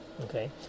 Okay